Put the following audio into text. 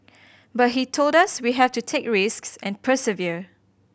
but he told us we have to take risks and persevere